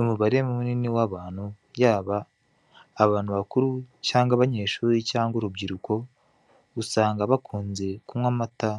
Umubare munini w'abantu, yaba abantu bakuru cyangwa abanyeshuri cyangwa urubyiruko, usanga bakunze kunywa amata